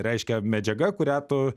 reiškia medžiaga kurią tu